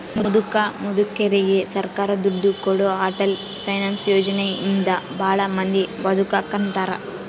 ಮುದುಕ ಮುದುಕೆರಿಗೆ ಸರ್ಕಾರ ದುಡ್ಡು ಕೊಡೋ ಅಟಲ್ ಪೆನ್ಶನ್ ಯೋಜನೆ ಇಂದ ಭಾಳ ಮಂದಿ ಬದುಕಾಕತ್ತಾರ